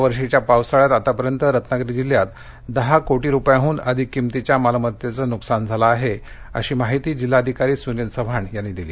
यावर्षीच्या पावसाळ्यात आतापर्यंत रत्नागिरी जिल्ह्यात दहा कोटी रुपयांहून अधिक किंमतीच्या मालमत्तेचं नुकसान झालं आहे अशी माहिती जिल्हाधिकारी सुनील चव्हाण यांनी दिली आहे